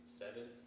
seven